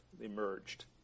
emerged